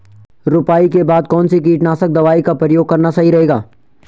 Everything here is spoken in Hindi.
रुपाई के बाद कौन सी कीटनाशक दवाई का प्रयोग करना सही रहेगा?